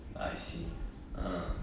I see uh